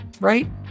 right